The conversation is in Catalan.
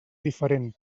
diferent